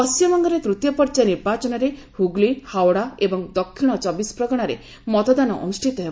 ପଶ୍ଚିମବଙ୍ଗରେ ତୃତୀୟ ପର୍ଯ୍ୟାୟ ନିର୍ବାଚନରେ ହୁଗୁଳିହାଓଡା ଏବଂ ଦକ୍ଷିଣ ଚିବିଶ ପ୍ରଗଣାରେ ମତଦାନ ଅନୁଷ୍ଠିତ ହେବ